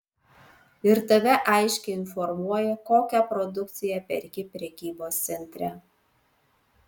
ir tave aiškiai informuoja kokią produkciją perki prekybos centre